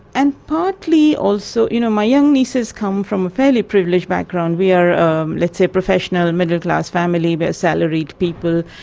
and partly also, you know my young nieces come from a fairly privileged background, we are let's say a professional, and middle-class family, we're salaried people,